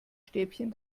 stäbchen